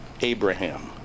Abraham